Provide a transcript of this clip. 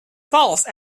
false